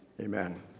Amen